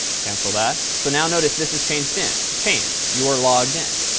cancel that. so now, notice, this has changed in. changed. you are logged in.